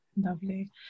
Lovely